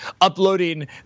uploading